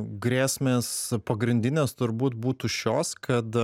grėsmės pagrindinės turbūt būtų šios kad